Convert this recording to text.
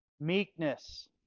Meekness